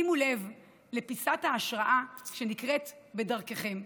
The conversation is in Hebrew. שימו לב לפיסת ההשראה שנקרית בדרככם.